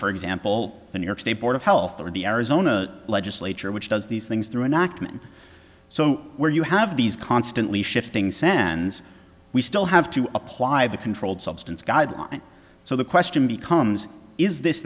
for example the new york state board of health or the arizona legislature which does these things through an act and so where you have these constantly shifting sands we still have to apply the controlled substance guideline so the question becomes is this